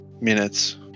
minutes